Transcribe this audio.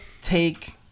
take